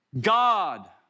God